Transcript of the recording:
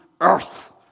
earth